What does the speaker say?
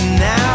now